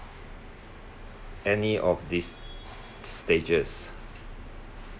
any of these stages